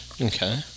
Okay